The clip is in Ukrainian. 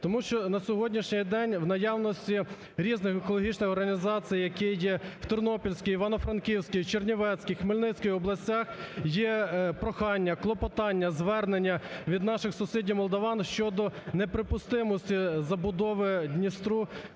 Тому що на сьогоднішній день в наявності різних екологічних організацій, які є в Тернопільській, Івано-Франківській, Чернівецькій, Хмельницькій областях, є прохання, клопотання, звернення від наших сусідів Молдаван щодо неприпустимості забудови Дністру